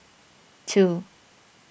two